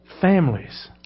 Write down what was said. families